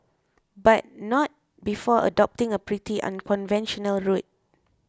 but not before adopting a pretty unconventional route